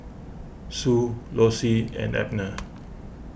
Sue Lossie and Abner